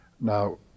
Now